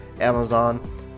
Amazon